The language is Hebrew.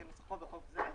כנוסחו בחוק זה,